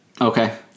okay